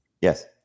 Yes